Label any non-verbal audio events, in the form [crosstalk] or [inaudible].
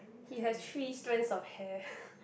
he has three strands of hair [breath]